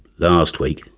last week